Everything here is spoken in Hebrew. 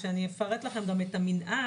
כשאני אפרט לכם גם את המנעד,